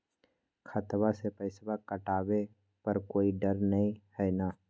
खतबा से पैसबा कटाबे पर कोइ डर नय हय ना?